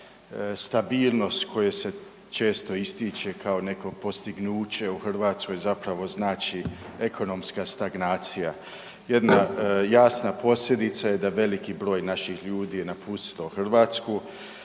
stabilnost koje se često ističe kao neko postignuće u Hrvatskoj zapravo znači ekonomska stagnacija. Jedna jasna posljedica je da veliki broj naših ljudi je napustilo Hrvatsku,